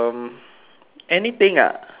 anything ah